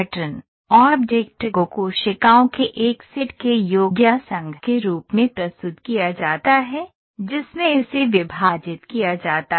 3 cell अपघटन object को कोशिकाओं के एक सेट के योग या संघ के रूप में प्रस्तुत किया जाता है जिसमें इसे विभाजित किया जाता है